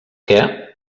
què